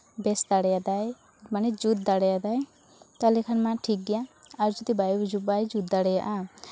ᱵᱮᱥ ᱫᱟᱲᱮ ᱟᱫᱟᱭ ᱢᱟᱱᱮ ᱡᱩᱛ ᱫᱟᱲᱮ ᱟᱫᱟᱭ ᱛᱟᱦᱚᱞᱮ ᱠᱷᱟᱱᱢᱟ ᱴᱷᱤᱠ ᱜᱮᱭᱟ ᱟᱨ ᱡᱩᱫᱤ ᱵᱟᱭ ᱡᱩᱛ ᱫᱟᱲᱮᱭᱟᱜᱼᱟ